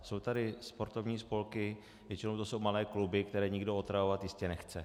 Jsou tady sportovní spolky, většinou to jsou malé kluby, které nikdo otravovat jistě nechce.